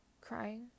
crying